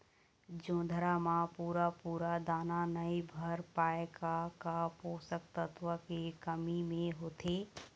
जोंधरा म पूरा पूरा दाना नई भर पाए का का पोषक तत्व के कमी मे होथे?